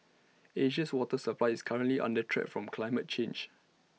Asia's water supply is currently under threat from climate change